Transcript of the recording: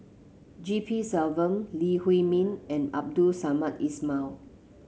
G P Selvam Lee Huei Min and Abdul Samad Ismail